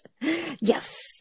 Yes